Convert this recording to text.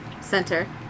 center